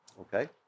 Okay